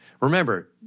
Remember